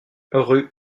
rue